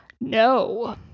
No